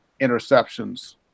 interceptions